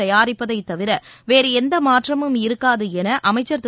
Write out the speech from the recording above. தயாரிப்பதைத் தவிர வேறு எந்த மாற்றமும் இருக்காது என அமைச்சர் திரு